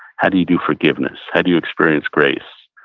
how do you do forgiveness? how do you experience grace?